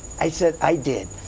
i said, i did,